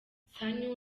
sanyu